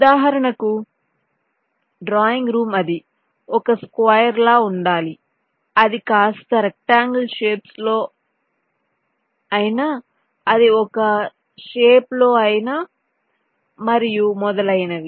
ఉదాహరణకు drawing room అది ఒక స్క్వేర్ లా ఉండాలి అది కాస్త రెక్టాఅంగెల్ షేప్స్ లో అనా అది l షేప్ లో అనా మరియు మొదలైనవి